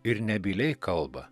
ir nebyliai kalba